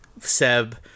Seb